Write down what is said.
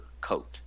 coat